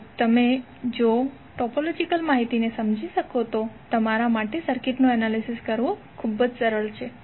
તો જો તમે ટોપોલોજીકલ માહિતીને સમજી શકો તો તમારા માટે સર્કિટનું એનાલિસિસ કરવું ખૂબ જ સરળ છે